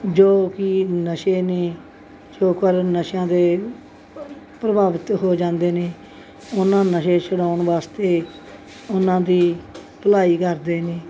ਜੋ ਕਿ ਨਸ਼ੇ ਨੇ ਜੋ ਕਰਨ ਨਸ਼ਿਆਂ ਦੇ ਪ੍ਰਭਾਵਿਤ ਹੋ ਜਾਂਦੇ ਨੇ ਉਹਨਾਂ ਨਸ਼ੇ ਛੁਡਾਉਣ ਵਾਸਤੇ ਉਹਨਾਂ ਦੀ ਭਲਾਈ ਕਰਦੇ ਨੇ